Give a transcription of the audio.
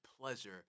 pleasure